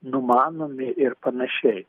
numanomi ir panašiai